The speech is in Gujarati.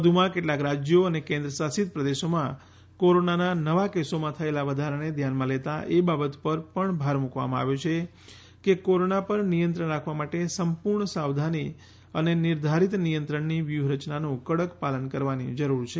વધુમાં કેટલાક રાજ્યો અને કેન્દ્રશાસિત પ્રદેશોમાં કોરોના નવા કેસોમાં થયેલા વધારાને ધ્યાનમાં લેતા એ બાબત પર પણ ભાર મૂકવામાં આવ્યો છે કે કોરોના પર નિયંત્રણ રાખવા માટે સંપૂર્ણ સાવધાની અને નિર્ધારિત નિયંત્રણની વ્યૂહરચનાનું કડક પાલન કરવાની જરૂર છે